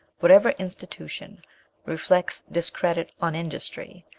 whatever institution reflects discredit on industry,